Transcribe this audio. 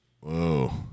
Whoa